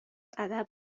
ادب